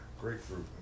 grapefruit